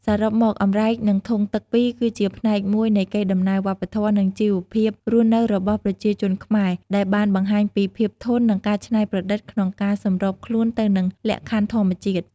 សរុបមក អម្រែក និងធុងទឹកពីរ គឺជាផ្នែកមួយនៃកេរដំណែលវប្បធម៌ និងជីវភាពរស់នៅរបស់ប្រជាជនខ្មែរ ដែលបានបង្ហាញពីភាពធន់ និងការច្នៃប្រឌិតក្នុងការសម្របខ្លួនទៅនឹងលក្ខខណ្ឌធម្មជាតិ។